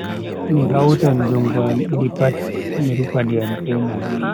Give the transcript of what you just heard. Mi hautan jungo am didi pat mi rufa ndiyam sai mi lallita.